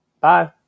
Bye